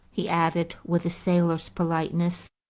he added with a sailor's politeness.